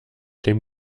dem